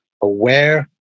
aware